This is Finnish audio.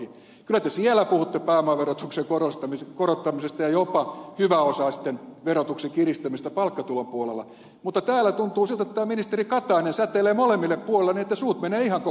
kyllä te siellä puhutte pääomaverotuksen korottamisesta ja jopa hyväosaisten verotuksen kiristämisestä palkkatulon puolella mutta täällä tuntuu siltä että ministeri katainen säteilee molemmille puolille niin että suut menevät ihan kokonaan kiinni